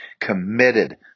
committed